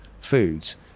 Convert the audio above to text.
foods